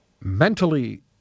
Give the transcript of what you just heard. mentally